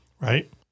Right